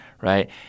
right